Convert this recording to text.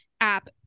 app